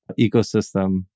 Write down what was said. ecosystem